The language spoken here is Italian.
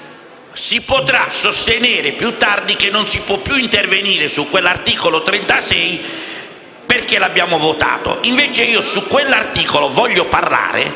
si potrà sostenere più tardi che non si possa intervenire sull'articolo 36 perché lo avremo già votato. Invece, su quell'articolo voglio parlare